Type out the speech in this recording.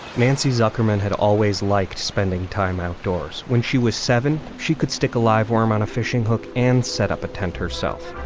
nancy zuckerman had always liked spending time outdoors when she was seven. she could stick a live worm on a fishing hook and set up a tent herself,